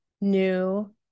new